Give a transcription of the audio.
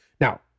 Now